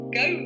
go